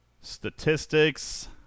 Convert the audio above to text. Statistics